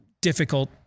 difficult